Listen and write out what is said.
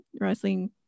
wrestling